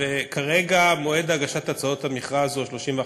כרגע מועד הגשת ההצעות למכרז הוא ה-31 במרס.